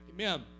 amen